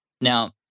Now